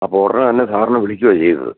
അപ്പം ഉടനെത്തന്നെ സാറിനെ വിളിക്കുവാണ് ചെയ്തത്